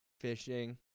Fishing